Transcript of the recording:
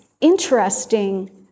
interesting